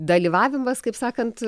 dalyvavimas kaip sakant